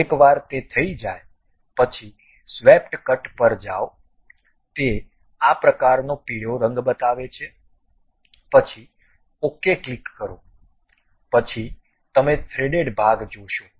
એકવાર તે થઈ જાય પછી સ્વેપટ કટ પર જાઓ તે આ પ્રકારનો પીળો રંગ બતાવે છે પછી OK ક્લિક કરો પછી તમે થ્રેડેડ ભાગ જોશો